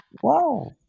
whoa